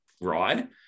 ride